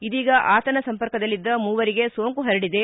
ಇದೀಗ ಆತನ ಸಂಪರ್ಕದಲ್ಲಿದ್ದ ಮೂವರಿಗೆ ಸೋಂಕು ಪರಡಿದೆ